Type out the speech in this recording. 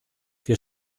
wir